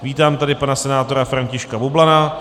Vítám tady pana senátora Františka Bublana.